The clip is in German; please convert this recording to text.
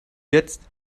jetzt